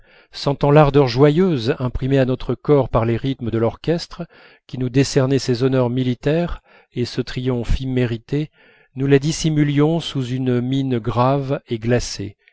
sentant l'ardeur joyeuse imprimée à notre corps par les rythmes de l'orchestre qui nous décernait ses honneurs militaires et ce triomphe immérité nous la dissimulions sous une mine grave et glacée